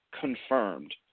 confirmed